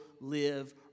live